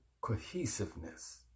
cohesiveness